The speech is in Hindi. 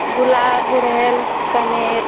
गुलाब गुड़हल कनेर